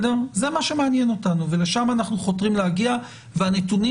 זה מה שמעניין אותנו ולשם אנחנו חותרים להגיע והנתונים